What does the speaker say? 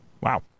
Wow